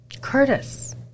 Curtis